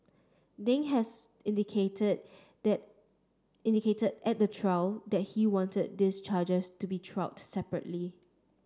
ding has indicated that indicated at the trial that he wanted these charges to be tried separately